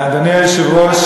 אדוני היושב-ראש,